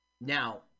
Now